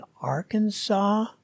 Arkansas